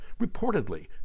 Reportedly